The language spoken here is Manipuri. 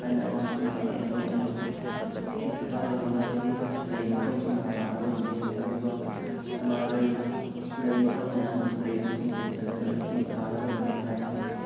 ꯍꯥꯏꯅ ꯑꯩꯉꯣꯟꯗ ꯁꯨꯝ ꯍꯪꯉꯛꯑꯦ ꯑꯗꯣ ꯑꯩꯅ ꯁꯨꯝ ꯑꯦ ꯀꯀꯥ ꯂꯩꯀꯣꯜ ꯍꯥꯏꯁꯤꯗꯤ ꯂꯩ ꯃꯈꯜ ꯁꯨꯅ ꯊꯥꯒꯗꯕꯅꯤ ꯑꯗꯨꯒ ꯁꯥꯟꯅꯔꯩ ꯂꯩ ꯃꯈꯜ ꯃꯌꯥꯝ ꯂꯩꯔꯤꯕꯁꯤꯡꯁꯦ ꯐꯖ ꯐꯖꯕꯁꯤꯡ ꯊꯥꯒꯗꯕꯅꯤ ꯍꯥꯏ